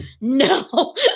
No